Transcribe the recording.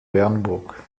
bernburg